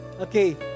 okay